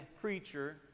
preacher